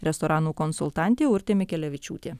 restoranų konsultantė urtė mikelevičiūtė